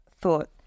thought